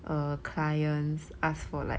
err clients ask for like